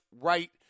right